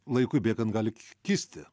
laikui bėgant gali k kisti